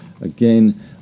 again